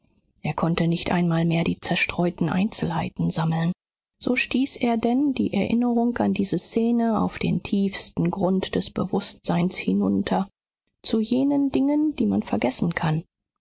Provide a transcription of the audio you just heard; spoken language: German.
er konnte nicht einmal mehr die zerstreuten einzelheiten sammeln so stieß er denn die erinnerung an diese szene auf den tiefsten grund des bewußtseins hinunter zu jenen dingen die man vergessen kann